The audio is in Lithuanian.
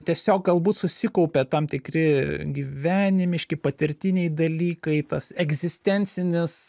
tiesiog galbūt susikaupia tam tikri gyvenimiški patirtiniai dalykai tas egzistencinis